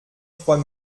trois